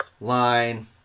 line